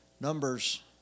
Numbers